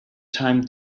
time